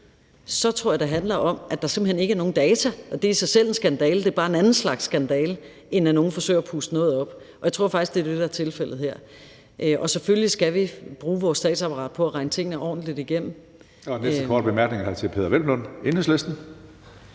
så tror jeg, det handler om, at der simpelt hen ikke er nogen data, og det er i sig selv en skandale. Det er bare en anden slags skandale, end at nogen forsøger at puste noget op. Jeg tror faktisk, at det er det, der er tilfældet her. Og selvfølgelig skal vi bruge vores statsapparat på at regne tingene ordentligt igennem. Kl. 17:12 Tredje næstformand (Karsten